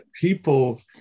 people